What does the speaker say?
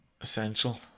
essential